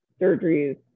surgeries